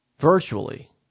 virtually